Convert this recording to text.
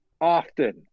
often